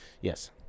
yes